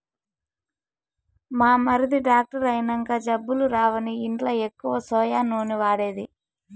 మా మరిది డాక్టర్ అయినంక జబ్బులు రావని ఇంట్ల ఎక్కువ సోయా నూనె వాడేది